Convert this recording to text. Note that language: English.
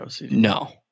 no